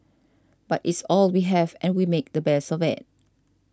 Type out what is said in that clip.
but it's all we have and we make the best of it